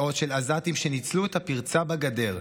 מאות של עזתים שניצלו את הפרצה בגדר,